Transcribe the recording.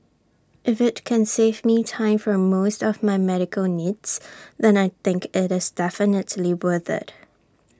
if IT can save me time for almost of my medical needs then I think IT is definitely worth IT